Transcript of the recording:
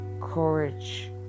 courage